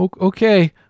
Okay